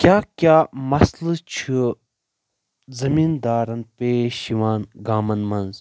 کیاہ کیاہ مسلہٕ چھُ زٔمیٖندارن پیش یِوان گامَن منٛز